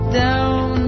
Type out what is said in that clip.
down